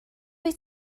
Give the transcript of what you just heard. wyt